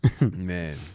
Man